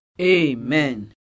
Amen